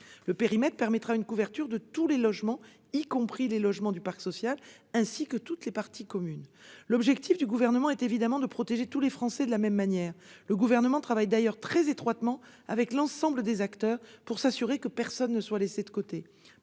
Le périmètre permettra une couverture de tous les logements, y compris les logements du parc social, ainsi que des parties communes. L'objectif du Gouvernement est évidemment de protéger tous les Français de la même manière. Nous travaillons d'ailleurs très étroitement avec l'ensemble des acteurs pour veiller à ce que personne ne soit laissé de côté.